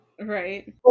Right